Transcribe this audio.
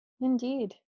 Indeed